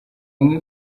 umwe